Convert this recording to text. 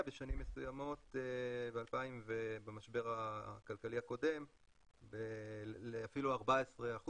בשנים מסוימות במשבר הכלכלי הקודם לאפילו 14%,